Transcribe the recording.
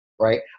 right